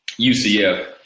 UCF